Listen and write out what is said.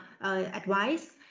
advice